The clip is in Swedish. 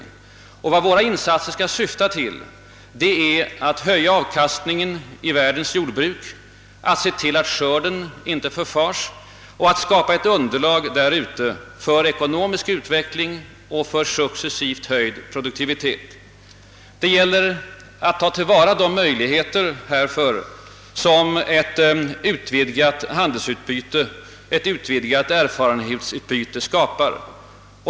Vad våra insatser skall sikta till är att höja avkastningen av världens jordbruk, att se till att skörden inte förfars och att skapa ett underlag där ute för ekonomisk utveckling och för successivt höjd produktivitet. Det gäller att ta till vara de möjligheter härför som ett utvidgat handelsutbyte, ett utvidgat erfarenhetsutbyte skapar.